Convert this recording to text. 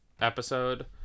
episode